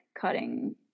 cutting